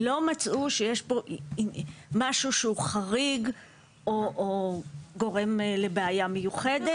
לא מצאו שיש פה משהו שהוא חריג או גורם לבעיה מיוחדת,